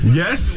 yes